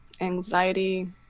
anxiety